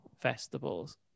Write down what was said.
festivals